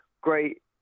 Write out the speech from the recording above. great